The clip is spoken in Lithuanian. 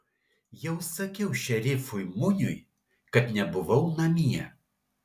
jau sakiau šerifui muniui kad nebuvau namie